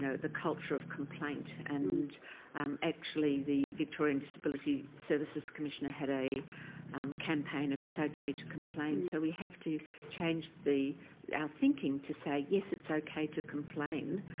ah the culture of complaint and um actually the victorian disability services commissioner had a um campaign of it's okay to complain. so we have to change our thinking to say yes, it's okay to complain